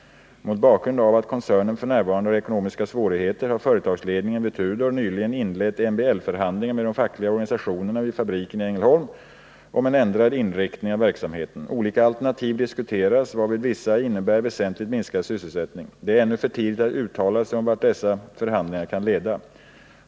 Mot bakgrund av att koncernen f.n. har ekonomiska svårigheter har företagsledningen vid Tudor nyligen inlett MBL-förhandlingar med de fackliga organisationerna vid fabriken i Ängelholm om en ändrad inriktning av verksamheten. Olika alternativ diskuteras, varvid vissa innebär väsentligt minskad sysselsättning. Det är ännu för tidigt att uttala sig om vart dessa förhandlingar kan leda.